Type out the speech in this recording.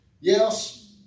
yes